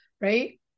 right